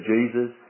Jesus